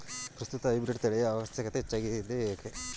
ಪ್ರಸ್ತುತ ಹೈಬ್ರೀಡ್ ತಳಿಯ ಅವಶ್ಯಕತೆ ಹೆಚ್ಚಾಗುತ್ತಿದೆ ಏಕೆ?